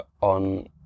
on